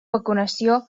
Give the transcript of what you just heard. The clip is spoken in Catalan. vacunació